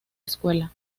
escuela